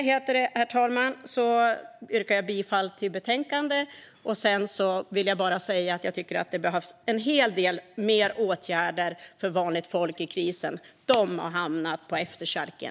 Herr talman! Med det yrkar jag bifall till utskottets förslag i betänkandet. Jag vill också säga att det behövs en hel del ytterligare åtgärder för vanligt folk i den här krisen. De har hamnat på efterkälken.